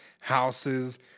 houses